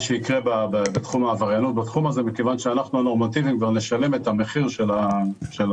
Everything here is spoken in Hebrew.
שיקרה בתחום הזה כי אנחנו הנורמטיביים נשלם של הגניבות